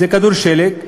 זה כדור שלג.